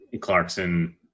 Clarkson